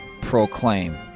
proclaim